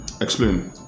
Explain